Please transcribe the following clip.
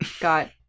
got